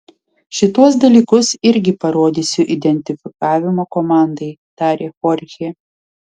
šituos dalykus irgi parodysiu identifikavimo komandai tarė chorchė